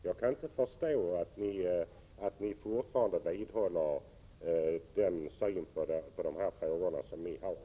Jag kan inte förstå att ni fortfarande vidhåller den syn ni har på dessa frågor.